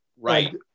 Right